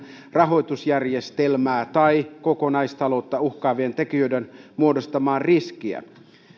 rahoitusjärjestelmää tai kokonaistaloutta uhkaavien tekijöiden muodostamaa riskiä